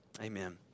Amen